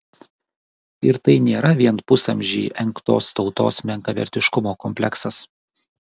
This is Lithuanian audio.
ir tai nėra vien pusamžį engtos tautos menkavertiškumo kompleksas